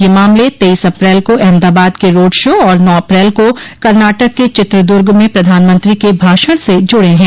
ये मामले तेइस अप्रैल को अहमदाबाद के रोड शो और नौ अप्रैल को कर्नाटक के चित्रदुर्ग में प्रधानमंत्री के भाषण से जुड़े हैं